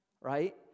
Right